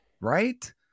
Right